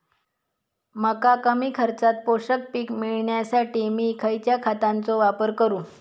मका कमी खर्चात पोषक पीक मिळण्यासाठी मी खैयच्या खतांचो वापर करू?